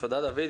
תודה דויד.